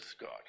God